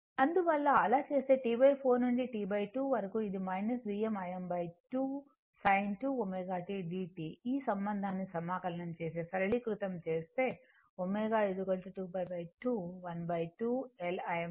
అందువల్ల అలా చేస్తే T 4 నుండి T 2 వరకు అది Vm Im2 sin 2 ω t dt ఈ సంబంధాన్ని సమాకలనం చేసి సరళీకృతం చేస్తే ω 2π 2 12 L Im 2